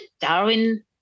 Darwin